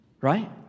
Right